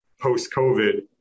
post-COVID